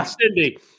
Cindy